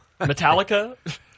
Metallica